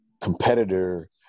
competitor